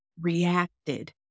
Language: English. reacted